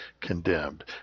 condemned